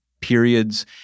periods